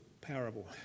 parable